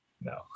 No